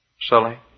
Sully